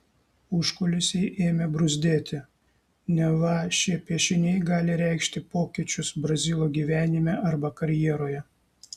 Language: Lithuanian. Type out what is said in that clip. užkulisiai ėmė bruzdėti neva šie piešiniai gali reikšti pokyčius brazilo gyvenime arba karjeroje